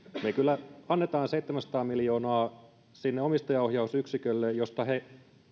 me kyllä annamme seitsemänsataa miljoonaa sinne omistajaohjausyksikölle josta he